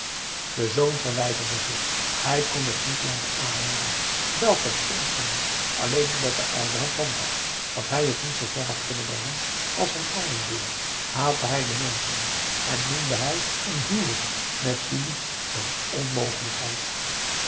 de zoon verwijderde zich hij kon het niet langer aanhooren welk een onzin alleen omdat de oude het land had dat hij het niet zoover had kunnen brengen als van aardenburg haatte hij de menschen en p a daum hoe hij raad van indië werd onder ps maurits noemde hij een huwelijk met julie een onmogelijkheid